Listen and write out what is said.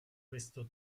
questo